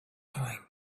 time